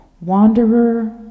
wanderer